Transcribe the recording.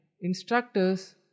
instructors